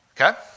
Okay